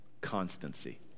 Constancy